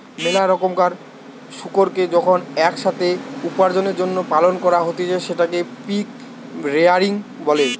মেলা রোকমকার শুকুরকে যখন এক সাথে উপার্জনের জন্য পালন করা হতিছে সেটকে পিগ রেয়ারিং বলে